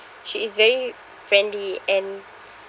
she is very friendly and